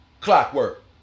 Clockwork